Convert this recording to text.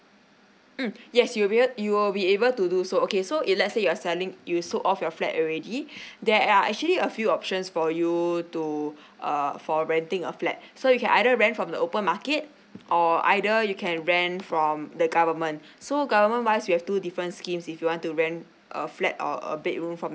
mm yes you'll be able you will be able to do so okay so if let's say you are selling you sold off your flat already there are actually a few options for you to err for renting a flat so you can either rent from the open market or either you can rent from the government so government wise we have two different schemes if you want to rent a flat or a bedroom from